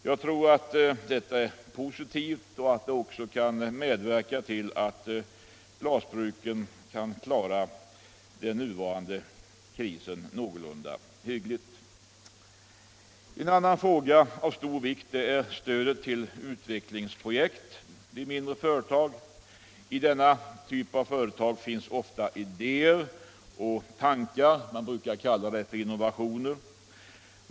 Jag tror att detta är positivt och att det också kan medverka till att glasbruken kan klara den nuvarande krisen någorlunda hyggligt. En annan fråga av stor vikt är stödet till utvecklingsprojekt i mindre företag. I denna typ av företag finns ofta idéer och tankar. Man brukar kalla det för innovationer.